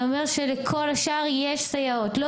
להלן תרגומם: זה אומר שלכל השאר יש סייעות.